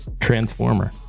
transformer